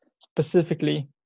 specifically